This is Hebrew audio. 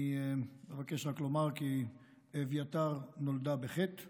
אני אבקש רק לומר כי אביתר נולדה בחטא